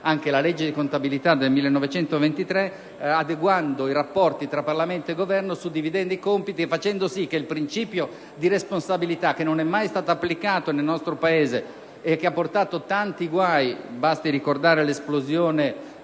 alla legge di contabilità del 1923, adeguando i rapporti tra Parlamento e Governo, suddividendo i rispettivi compiti e facendo in modo che il principio di responsabilità, che non è mai stato applicato nel nostro Paese e che ha portato tanti guai - basti ricordare l'esplosione